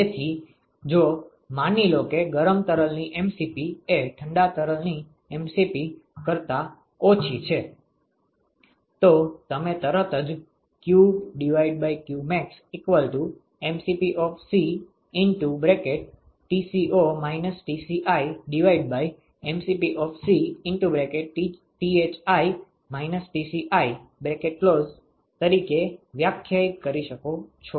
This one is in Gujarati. તેથી જો માની લો કે ગરમ તરલની mCp એ ઠંડા તરલની mCp કરતા ઓછી છે તો તમે તરત જ qqmaxc mCpc તરીકે વ્યાખ્યાયિત કરી શકો છો